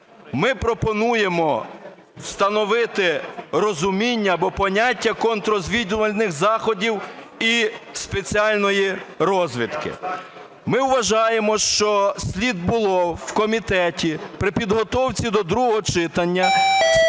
ми пропонуємо встановити розуміння або поняття контррозвідувальних заходів і спеціальної розвідки. Ми вважаємо, що слід було в комітеті, при підготовці до другого читання,